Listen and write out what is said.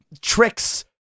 tricks